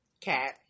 cat